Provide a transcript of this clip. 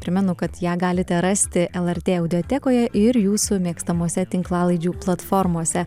primenu kad ją galite rasti lrt audiotekoje ir jūsų mėgstamose tinklalaidžių platformose